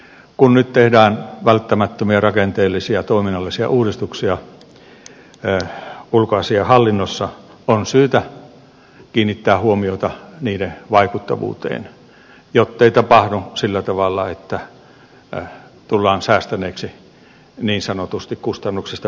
kun nyt tehdään välttämättömiä rakenteellisia ja toiminnallisia uudistuksia ulkoasiainhallinnossa on syytä kiinnittää huomiota niiden vaikuttavuuteen jottei tapahdu sillä tavalla että tullaan säästäneeksi niin sanotusti kustannuksista piittaamatta